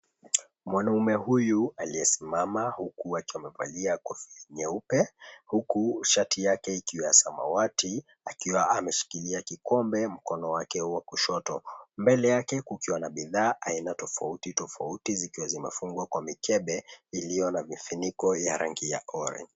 Mwanaume huyu, aliyesimama huku akiwa amevalia kofia nyeupe, huku shati yake ikiwa ya samawati akiwa ameshikilia kikombe mkono wake wa kushoto. Mbele yake, kukiwa na bidhaa aina tofauti tofauti zikiwa zimefungwa kwa mikebe iliyo na vifiniko ya rangi ya orange .